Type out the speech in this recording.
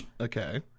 Okay